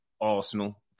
Arsenal